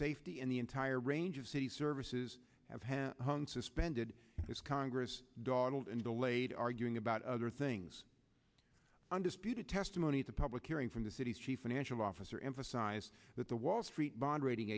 safety and the entire range of city services have had suspended this congress dawdled and delayed arguing about other things undisputed testimony at the public hearing from the city's chief financial officer emphasized that the wall street bond rating